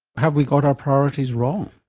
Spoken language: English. have we got our priorities wrong?